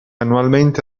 annualmente